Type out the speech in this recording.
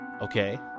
Okay